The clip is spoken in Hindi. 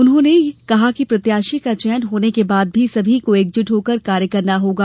उन्होंने कहा कि प्रत्याशी का चयन होने के बाद भी सभी को एकजुट होकर कार्य करना होगा